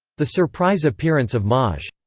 the surprise appearance of maj.